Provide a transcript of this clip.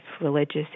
religious